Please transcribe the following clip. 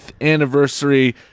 anniversary